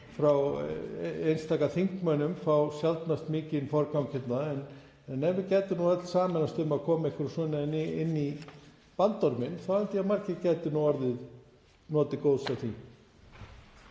frá einstaka þingmönnum fá sjaldnast mikinn forgang hérna en ef við gætum öll sameinast um að koma einhverju svona inn í bandorminn þá held ég að margir gætu notið góðs af því.